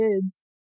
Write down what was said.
kids